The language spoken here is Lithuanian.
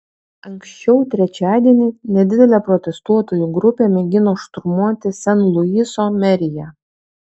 anksčiau trečiadienį nedidelė protestuotojų grupė mėgino šturmuoti sen luiso meriją